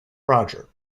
roger